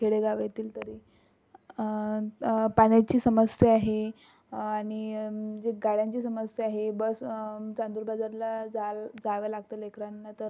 खेडेगाव येथील तरी पाण्याची समस्या आहे आणि जे गाड्यांची समस्या आहे बस चांदूरबाजारला जाया जावं लागतं लेकरांना तर